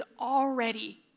already